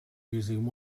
using